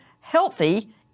healthy